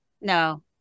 No